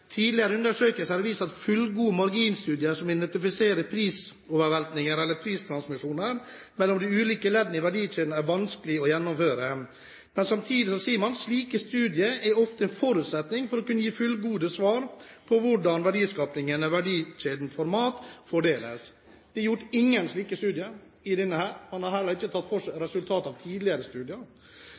marginstudier som identifiserer prisoverveltningen eller pristransmisjonen mellom de ulike leddene i verdikjeden er vanskelig å gjennomføre.» Men samtidig sier man: «Slike studier er ofte en forutsetning for å kunne gi fullgode svar på hvordan verdiskapningen i verdikjeden for mat fordeles.» Det er ikke gjort noen slike studier i denne NOU-en. Man har heller ikke tatt for seg resultatet av tidligere studier.